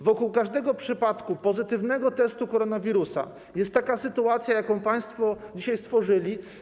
Wokół każdego przypadku pozytywnego testu na koronawirusa jest taka sytuacja, jaką państwo dzisiaj stworzyli.